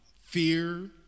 fear